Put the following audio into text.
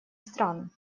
стран